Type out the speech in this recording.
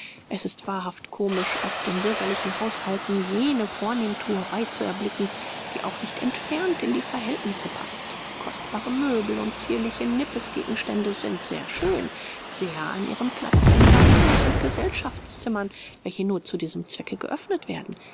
es ist wahrhaft komisch oft in bürgerlichen haushaltungen jene vornehmthuerei zu erblicken die auch nicht entfernt in die verhältnisse paßt kostbare möbel und zierliche nippesgegenstände sind sehr schön sehr an ihrem platz in salons und gesellschaftszimmern welche nur zu diesem zwecke geöffnet werden